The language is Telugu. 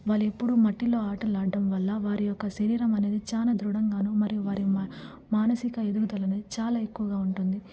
వాళ్లెప్పుడూ మట్టిలో ఆటలాడ్డం వల్ల వారి యొక్క శరీరం అనేది చాన దృఢంగాను మరియు వారి మ మానసిక ఎదుగుదలనేది చాలా ఎక్కువగా ఉంటుంది